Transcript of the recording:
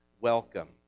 welcome